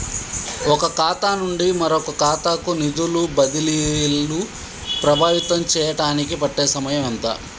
ఒక ఖాతా నుండి మరొక ఖాతా కు నిధులు బదిలీలు ప్రభావితం చేయటానికి పట్టే సమయం ఎంత?